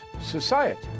society